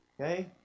Okay